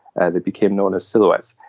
and they became known as silhouettes,